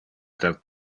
del